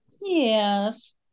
Yes